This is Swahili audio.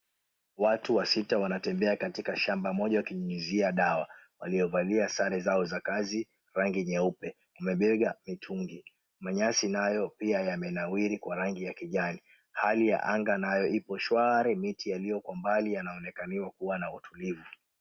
Watu wasita wanatembea katika shamba moja wakinyunyizia dawa waliyovalia sare zao za kazi rangi nyeupe, wamebeba mitungi. Manyasi nayo pia yamenawiri kwa rangi ya kijani, hali ya anga nayo ipo shwari miti yaliyo kwa mbali yanaonekaniwa kuwa na utulivu.